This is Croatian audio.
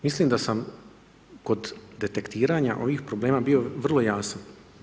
Mislim da sam kod detektiranja ovih problema bio vrlo jasan.